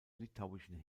litauischen